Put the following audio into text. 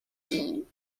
نگین